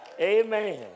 Amen